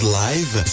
live